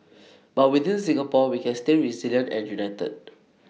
but within Singapore we can stay resilient and united